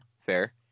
fair